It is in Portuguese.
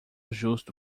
justo